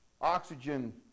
oxygen